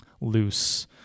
loose